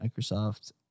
Microsoft